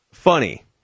funny